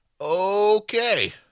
Okay